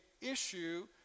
issue